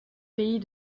pays